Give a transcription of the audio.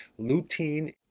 lutein